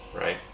Right